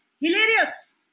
hilarious